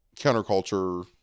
counterculture